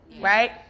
right